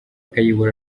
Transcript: kayihura